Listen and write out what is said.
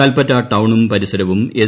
കൽപ്പറ്റ ടൌണും പരിസരവും എസ്